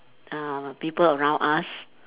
uh people around us